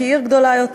כי היא עיר גדולה יותר.